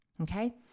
Okay